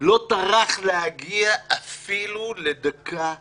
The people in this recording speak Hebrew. לא טרח להגיע אפילו לדקה אחת,